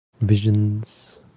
visions